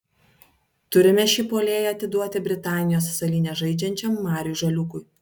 turime šį puolėją atiduoti britanijos salyne žaidžiančiam mariui žaliūkui